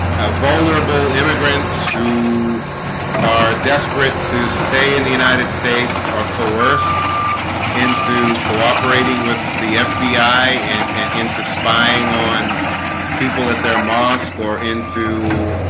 vulnerable immigrants who are desperate to stay in the united states are coerced into cooperating with the fbi and into spying on people at their mosque or into